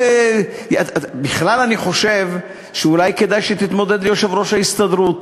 בכלל אני חושב שאולי כדאי שתתמודד ליושב-ראש ההסתדרות.